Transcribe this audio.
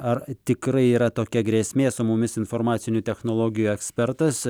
ar tikrai yra tokia grėsmė su mumis informacinių technologijų ekspertas